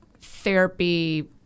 therapy